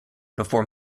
before